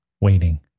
waiting